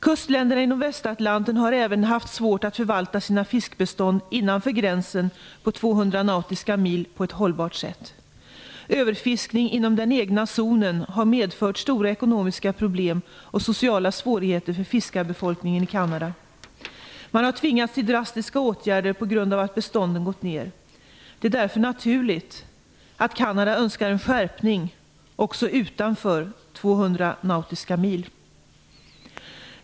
Kustländerna i Nordvästatlanten har även haft svårt att förvalta sina fiskbestånd innanför gränsen på 200 nautiska mil på ett hållbart sätt. Överfiskning inom den egna zonen har medfört stora ekonomiska problem och sociala svårigheter för fiskarbefolkningen i Kanada. Man har tvingats till drastiska åtgärder på grund av att betstånden gått ned. Det är därför naturligt att Kanada önskar en skärpning också utanför 200 nautiska mil.